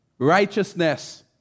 Righteousness